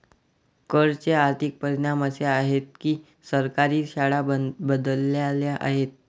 कर चे आर्थिक परिणाम असे आहेत की सरकारी शाळा बदलल्या आहेत